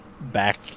back